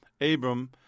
Abram